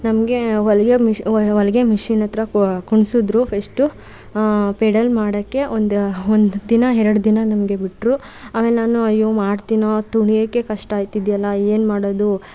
ನಮಗೆ ಹೊಲಿಗೆ ಮೆಶ್ ಹೊಲಿಗೆ ಮಿಷಿನ್ ಹತ್ರ ಕುಣ್ಸುದ್ರು ಫಸ್ಟು ಪೆಡೆಲ್ ಮಾಡೋಕ್ಕೆ ಒಂದು ಒಂದು ದಿನ ಎರಡು ದಿನ ನನಗೆ ಬಿಟ್ಟರು ಆಮೇಲೆ ನಾನು ಅಯ್ಯೋ ಮಾಡ್ತೀನೋ ಅದು ತುಳಿಯೋಕ್ಕೇ ಕಷ್ಟ ಆಗ್ತಿದ್ಯಲ್ಲ ಏನು ಮಾಡೋದು